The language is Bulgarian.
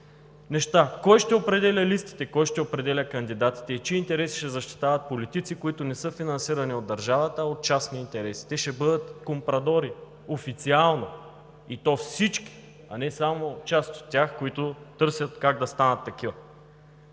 неща. Кой ще определя листите? Кой ще определя кандидатите? Чии интереси ще защитават политици, които не са финансирани от държавата, а от частни интереси? Те ще бъдат компрадори – официално, и то всички, а не само част от тях, които търсят как да станат такива.